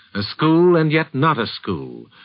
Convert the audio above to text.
a school and yet not a school,